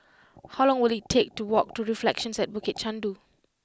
how long will it take to walk to Reflections at Bukit Chandu